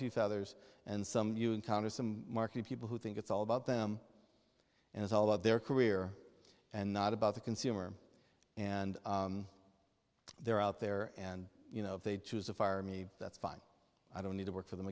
years and some you encounter some market people who think it's all about them and it's all of their career and not about the consumer and they're out there and you know if they choose to fire me that's fine i don't need to work for them